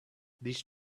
these